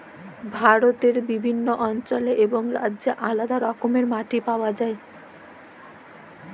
ভারতে বিভিল্ল্য অল্চলে এবং রাজ্যে আলেদা রকমের মাটি পাউয়া যায়